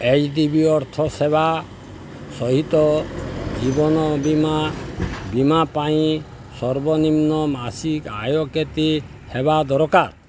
H D B ଅର୍ଥ ସେବା ସହିତ ଜୀବନ ବୀମା ବୀମା ପାଇଁ ସର୍ବନିମ୍ନ ମାସିକ ଆୟ କେତେ ହେବା ଦରକାର